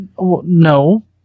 no